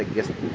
తగ్గిస్తుంది